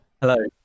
Hello